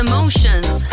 Emotions